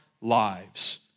lives